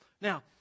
Now